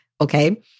Okay